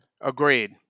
Agreed